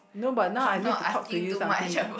no but now I need to talk to you something